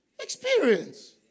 experience